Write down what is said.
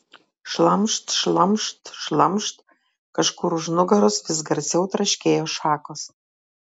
šlamšt šlamšt šlamšt kažkur už nugaros vis garsiau traškėjo šakos